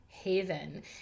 Haven